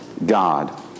God